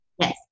yes